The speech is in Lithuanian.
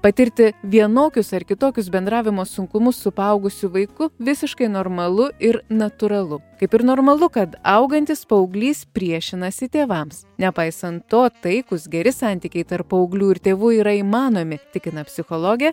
patirti vienokius ar kitokius bendravimo sunkumus su paaugusiu vaiku visiškai normalu ir natūralu kaip ir normalu kad augantis paauglys priešinasi tėvams nepaisant to taikūs geri santykiai tarp paauglių ir tėvų yra įmanomi tikina psichologė